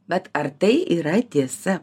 bet ar tai yra tiesa